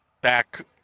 back